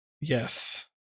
Yes